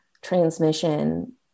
transmission